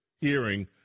hearing